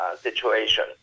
situation